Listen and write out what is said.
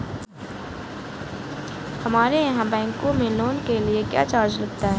हमारे यहाँ बैंकों में लोन के लिए क्या चार्ज लगता है?